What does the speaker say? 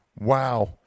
Wow